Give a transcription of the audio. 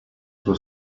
sua